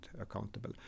accountable